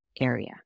area